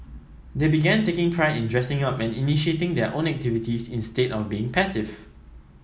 they began taking pride in dressing up and initiating their own activities instead of being passive